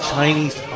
Chinese